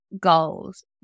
goals